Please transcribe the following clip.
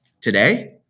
today